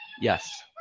Yes